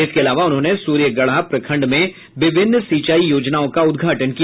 इसके अलावा उन्होंने सूर्यगढ़ा प्रखंड में विभिन्न सिंचाई योजनाओं का उद्घाटन किया